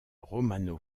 romano